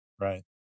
right